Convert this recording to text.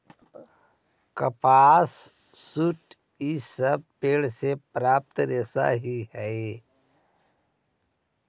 कपास, जूट इ सब पेड़ से प्राप्त रेशा ही हई